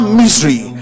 misery